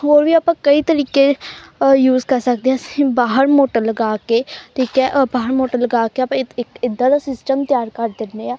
ਹੋਰ ਵੀ ਆਪਾਂ ਕਈ ਤਰੀਕੇ ਯੂਜ ਕਰ ਸਕਦੇ ਹਾਂ ਅਸੀਂ ਬਾਹਰ ਮੋਟਰ ਲਗਾ ਕੇ ਠੀਕ ਹੈ ਬਾਹਰ ਮੋਟਰ ਲਗਾ ਕੇ ਆਪਾਂ ਇੱਕ ਇੱਦਾਂ ਦਾ ਸਿਸਟਮ ਤਿਆਰ ਕਰ ਦਿੰਦੇ ਹਾਂ